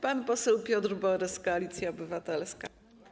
Pan poseł Piotr Borys, Koalicja Obywatelska.